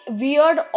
weird